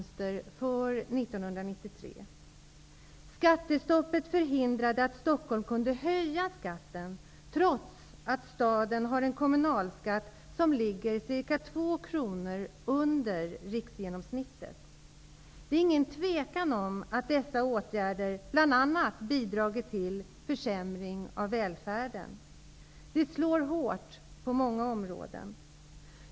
Skattestoppet förhindrade att Stockholm kunde höja skatten, trots att staden har en kommunalskatt som ligger ca två kronor under riksgenomsnittet. Det råder inget tvivel om att bl.a. dessa åtgärder bidragit till försämring av välfärden. Den slår hårt på många områden.